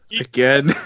Again